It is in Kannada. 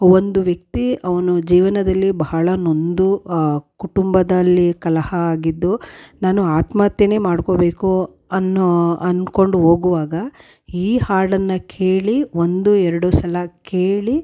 ಒಂದು ವ್ಯಕ್ತಿ ಅವನು ಜೀವನದಲ್ಲಿ ಬಹಳ ನೊಂದು ಆ ಕುಟುಂಬದಲ್ಲಿ ಕಲಹ ಆಗಿದ್ದು ನಾನು ಆತ್ಮಹತ್ಯೆಯೇ ಮಾಡ್ಕೋಬೇಕು ಅನ್ನೋ ಅನ್ಕೊಂಡು ಹೋಗುವಾಗ ಈ ಹಾಡನ್ನು ಕೇಳಿ ಒಂದು ಎರಡು ಸಲ ಕೇಳಿ